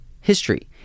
history